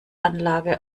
anlage